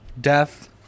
death